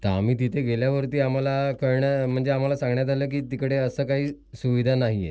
तर आम्ही तिथे गेल्यावरती आम्हाला कळण्या म्हणजे आम्हाला सांगण्यात आलं की तिकडे असं काही सुविधा नाही आहे